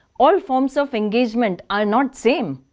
all forms of engagement are not same.